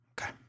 okay